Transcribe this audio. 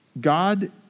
God